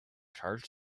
charge